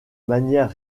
manière